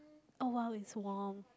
oh well you so warm